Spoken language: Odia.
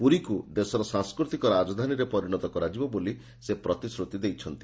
ପୁରୀକୁ ଦେଶର ସାଂସ୍କୃତିକ ରାଜଧାନୀରେ ପରିଣତ କରାଯିବ ବୋଲି ସେ ପ୍ରତିଶ୍ରତି ଦେଇଛନ୍ତି